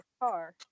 car